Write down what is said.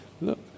look